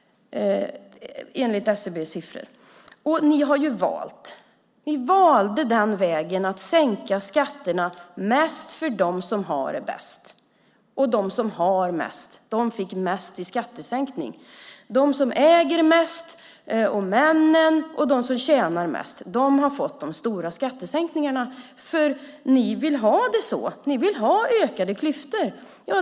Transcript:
Ni valde vägen att sänka skatterna mest för dem som har det bäst och dem som har mest. De fick mest i skattesänkning. De som äger mest och männen och de som tjänar mest har fått de stora skattesänkningarna, för ni vill ha det så. Ni vill ha ökade klyftor.